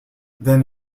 then